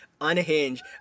unhinged